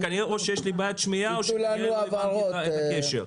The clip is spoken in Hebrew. כנראה שיש לי בעיית שמיעה או שאני לא מבין את הקשר.